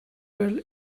rural